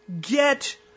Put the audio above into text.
get